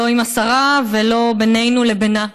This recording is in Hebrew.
לא עם השרה ולא בינינו לבינה.